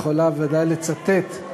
יכולה בוודאי לצטט.